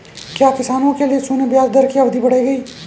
क्या किसानों के लिए शून्य ब्याज दर की अवधि बढ़ाई गई?